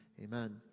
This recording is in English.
Amen